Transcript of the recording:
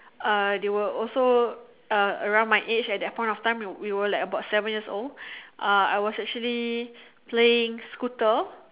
uh they were also uh around my age at that point of time we were like about seven years old uh I was actually playing scooter